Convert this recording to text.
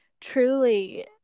truly